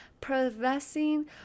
professing